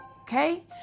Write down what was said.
okay